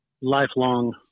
lifelong